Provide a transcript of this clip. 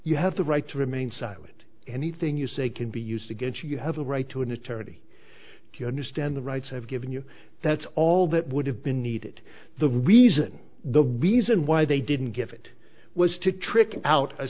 you have the right to remain silent anything you say can be used against you you have a right to an eternity to understand the rights have given you that's all that would have been needed the reason the reason why they didn't get it was to trickle out a